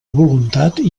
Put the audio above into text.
voluntat